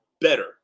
better